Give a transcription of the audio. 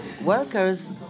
workers